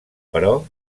però